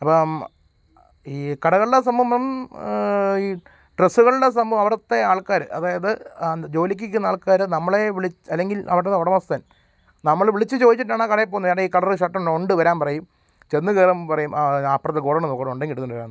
അപ്പം ഈ കടകളുടെ സംഭവം ഈ ഡ്രസ്സുകളുടെ സംഭവം അവിടുത്തെ ആൾക്കാർ അതായത് ആ ജോലിയ്ക്ക് നിൽക്കുന്ന ആൾക്കാർ നമ്മളെ വിളിച്ച് അല്ലെങ്കിൽ അവരുടെ ഒടമസ്ഥൻ നമ്മൾ വിളിച്ചു ചോദിച്ചിട്ടാണോ കടയിൽപ്പോന്നത് ഇതാണ്ടേ ഈ കളറ് ഷർട്ടൊന്ന് ഉണ്ട് വരാൻ പറയും ചെന്നു കയറുമ്പം പറയും അപ്പുറത്ത് ഗോഡൗണിൽ നോക്കട്ടെ ഉണ്ടെങ്കിൽ എടുത്തുകൊണ്ട് വരാമെന്ന്